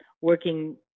working